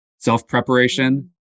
Self-preparation